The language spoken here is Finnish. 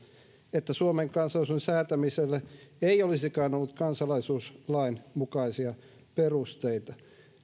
että suomen kansalaisuuden säätämiselle ei olisikaan ollut kansalaisuuslain mukaisia perusteita